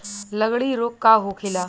लगड़ी रोग का होखेला?